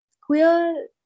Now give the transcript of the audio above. Queer